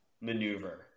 maneuver